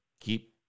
keep